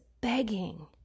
begging